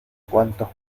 cuánto